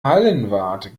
hallenwart